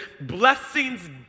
Blessings